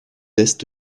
est